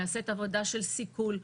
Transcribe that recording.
נעשית עבודה של סיכול.